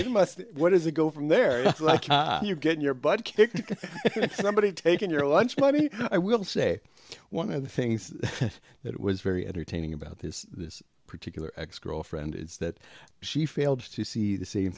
it must what does it go from there like you're getting your butt kicked somebody's taken your lunch money i will say one of the things that was very entertaining about this this particular ex girlfriend is that she failed to see the same